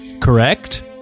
correct